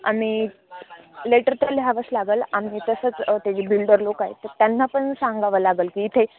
आम्ही लेटर तर लिहावंच लागेल आम्ही तसंच ते जे बिल्डर लोक आहेत तर त्यांना पण सांगावं लागेल की इथे